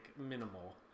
minimal